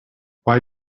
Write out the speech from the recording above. why